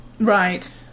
right